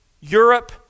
Europe